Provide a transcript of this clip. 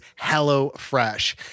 HelloFresh